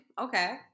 Okay